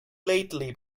lately